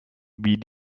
wie